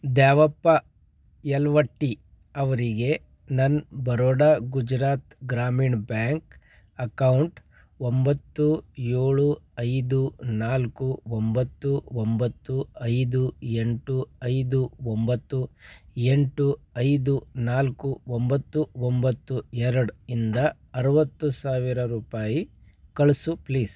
ದ್ಯಾವಪ್ಪ ಎಲ್ವಟ್ಟಿ ಅವರಿಗೆ ನನ್ನ Baroda Gujarat Gramin bank account ಒಂಬತ್ತು ಏಳು ಐದು ನಾಲ್ಕು ಒಂಬತ್ತು ಒಂಬತ್ತು ಐದು ಎಂಟು ಐದು ಒಂಬತ್ತು ಎಂಟು ಐದು ನಾಲ್ಕು ಒಂಬತ್ತು ಒಂಬತ್ತು ಎರಡು ಇಂದ ಅರವತ್ತು ಸಾವಿರ ರೂಪಾಯಿ ಕಳಿಸು ಪ್ಲೀಸ್